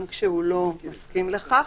גם כשאינו מסכים לכך.